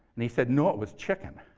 and he said, no, it was chicken.